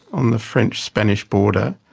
on the french-spanish border.